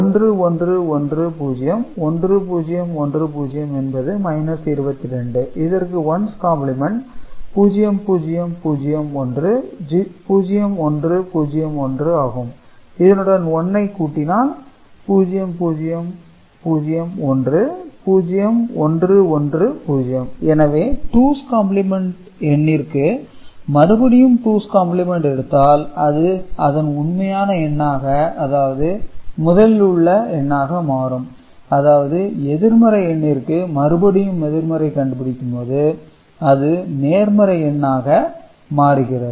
1110 1010 என்பது 22 இதற்கு one's complement 0001 0101 ஆகும் இதனுடன் 1 ஐ கூட்டினால் 0001 0110 எனவே டூஸ் காம்ப்ளிமென்ட் எண்ணிற்கு மறுபடியும் டூஸ் காம்ப்ளிமென்ட் எடுத்தால் அது அதன் உண்மையான எண்ணாக அதாவது முதலில் உள்ள எண்ணாக மாறும் அதாவது எதிர்மறை எண்ணிற்கு மறுபடியும் எதிர்மறை கண்டுபிடிக்கும் போது அது நேர்மறை எண்ணாக மாறுகிறது